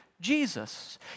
Jesus